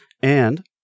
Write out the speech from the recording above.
And-